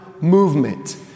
movement